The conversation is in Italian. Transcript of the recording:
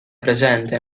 presente